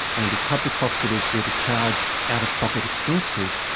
and if public hospitals were to charge out-of-pocket expenses,